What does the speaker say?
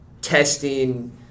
testing –